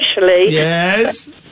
Yes